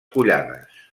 collades